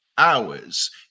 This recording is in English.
hours